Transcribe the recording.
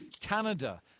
canada